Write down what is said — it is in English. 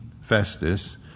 Festus